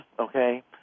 okay